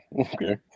okay